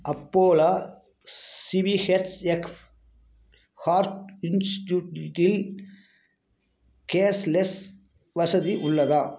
அப்போலா CVHF heart இன்ஸ்ட்டியூட்டில் cashless வசதி உள்ளதா